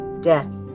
death